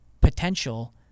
potential